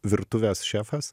virtuvės šefas